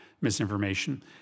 misinformation